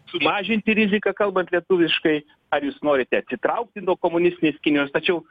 sumažinti riziką kalbant lietuviškai ar jūs norite atsitraukti nuo komunistinės kinijos tačiau